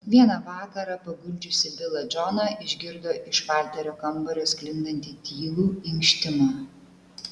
vieną vakarą paguldžiusi bilą džoną išgirdo iš valterio kambario sklindantį tylų inkštimą